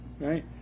right